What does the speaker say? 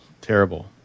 terrible